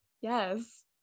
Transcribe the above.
yes